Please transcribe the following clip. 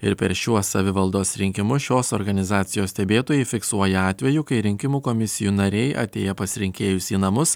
ir per šiuos savivaldos rinkimus šios organizacijos stebėtojai fiksuoja atvejų kai rinkimų komisijų nariai atėję pas rinkėjus į namus